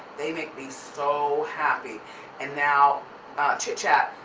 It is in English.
they make me so happy and now chit chat,